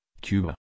Cuba